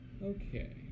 Okay